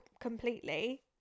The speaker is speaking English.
completely